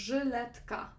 Żyletka